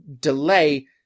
delay